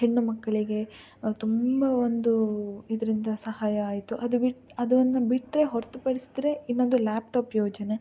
ಹೆಣ್ಣು ಮಕ್ಕಳಿಗೆ ತುಂಬ ಒಂದು ಇದರಿಂದ ಸಹಾಯ ಆಯಿತು ಅದು ಬಿಟ್ಟು ಅದನ್ನು ಬಿಟ್ಟರೆ ಹೊರತುಪಡಿಸಿದರೆ ಇನ್ನೊಂದು ಲ್ಯಾಪ್ಟಾಪ್ ಯೋಜನೆ